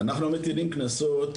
אנחנו מטילים קנסות,